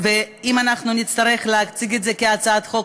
ואם אנחנו נצטרך להציג את זה כהצעת חוק,